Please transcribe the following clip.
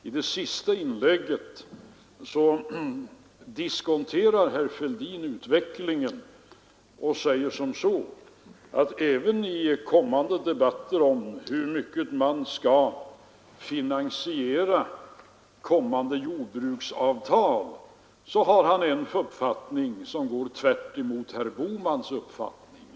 I sitt sista inlägg diskonterade herr Fälldin utvecklingen och sade, att även i kommande debatter om hur man skall finansiera framtida jordbruksavtal har han en uppfattning som går tvärtemot herr Bohmans uppfattning.